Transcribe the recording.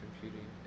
computing